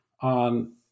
on